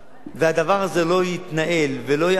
שהדבר הזה לא יתנהל ולא יעבור,